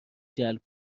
جلب